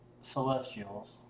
celestials